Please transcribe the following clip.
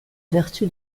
vertu